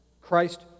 Christ